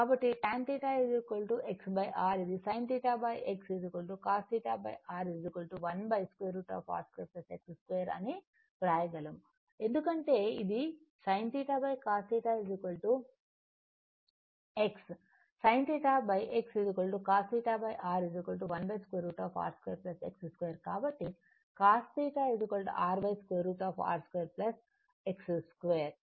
కాబట్టి tan θ X R ఇది sin θ X cos θ R 1 √ R2 X2 అని వ్రాయగలము ఎందుకంటే ఇ దిsin θ cos θ X sin θ X cos θ R 1 √ R2 X2 కాబట్టి cos θ R√ R2 X2